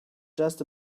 just